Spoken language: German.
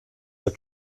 der